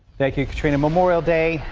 thank you katrina memorial day.